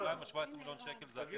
השאלה אם ה-17 מיליון זה הכסף ש --- ער"ן,